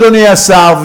אדוני השר,